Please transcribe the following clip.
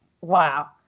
Wow